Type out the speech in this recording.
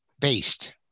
Based